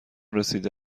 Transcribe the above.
رسیده